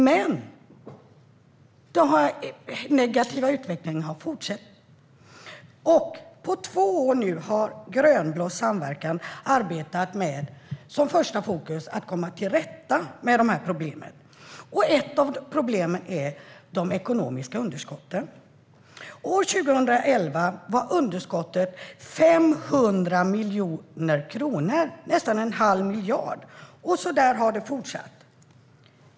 Men den negativa utvecklingen har fortsatt. I två år har nu den grönblå samverkan arbetat med att som första fokus komma till rätta med problemen. Ett av problemen är de ekonomiska underskotten. År 2011 var underskottet 500 miljoner kronor - nästan en halv miljard. Så har det fortsatt.